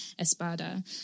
Espada